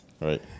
right